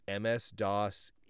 MS-DOS